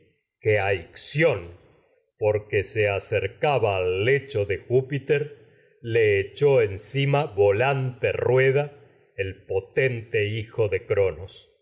ixión ftítóctbitétá jidrqüe se acercaba al lecho de júpiter echó encima el volante rueda otro potente hijo de cronos